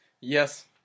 Yes